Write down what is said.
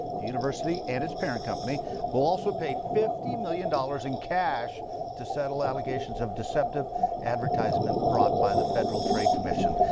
the university and its parent company will also pay fifty million dollars in cash to settle allegations of deceptive advertisement brought by the federal trade commission.